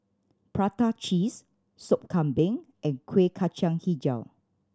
prata cheese Sop Kambing and Kueh Kacang Hijau